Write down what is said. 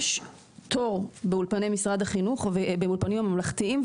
יש תור באולפני משרד החינוך ובאולפנים הממלכתיים,